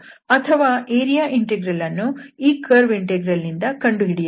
ಅಥವಾ area integral ಅನ್ನು ಈ ಕರ್ವ್ ಇಂಟೆಗ್ರಲ್ ನಿಂದ ಕಂಡುಹಿಡಿಯಬಹುದು